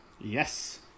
Yes